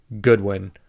Goodwin